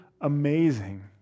amazing